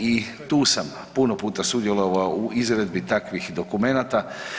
I tu sam puno puta sudjelovao u izradi takvih dokumenata.